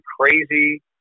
crazy